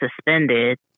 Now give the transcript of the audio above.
suspended